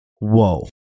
Whoa